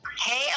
Hey